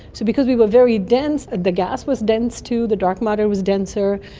so because we were very dense and the gas was dense too, the dark matter was denser,